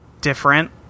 different